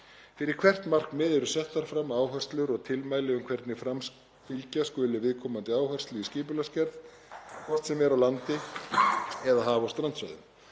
Fyrir hvert markmið eru settar fram áherslur og tilmæli um hvernig framfylgja skuli viðkomandi áherslu í skipulagsgerð, hvort sem er á landi eða á haf- og strandsvæðum.